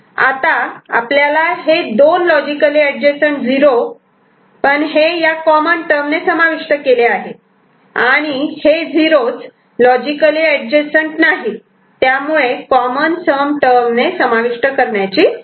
आता आपल्याला हे दोन लॉजिकली एडजसंट '0' पण हे या कॉमन सम टर्मणे ने समाविष्ट केले आहे आणि हे 0's लॉजिकली एडजसंट नाहीत त्यामुळे कॉमन सम टर्मणे ने समाविष्ट करण्याची गरज नाही